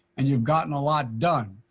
and you've got an lot done,